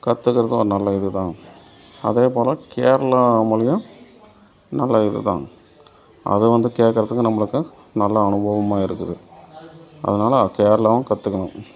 கற்றுக்கறதும் ஒரு நல்ல இதுதான் அதே போல் கேரளா மொழியும் நல்ல இது தான் அது வந்து கேட்கறதுக்கு நம்மளுக்கு நல்ல அனுபவமாக இருக்குது அதனால கேரளாவும் கற்றுக்கணும்